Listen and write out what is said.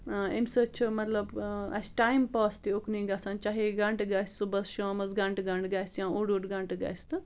اَمہِ سۭتۍ چھِ مطلب اَسہِ ٹایم پاس تہِ اُکنٕے گَژھان چاہے گنٛٹہٕ گَژھِ صُبحَس شامَس گنٛٹہٕ گنٛٹہٕ گَسہِ یا اوٚڑ اوٚڑ گنٛٹہٕ گَژھِ تہٕ